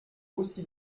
aussi